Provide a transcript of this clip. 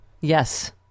yes